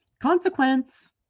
Consequence